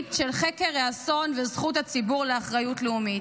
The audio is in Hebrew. של חקר האסון וזכות הציבור לאחריות לאומית.